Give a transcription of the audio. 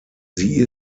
sie